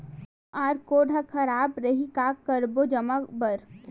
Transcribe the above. QR code हा खराब रही का करबो जमा बर?